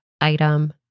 item